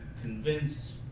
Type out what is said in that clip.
convinced